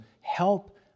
help